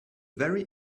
very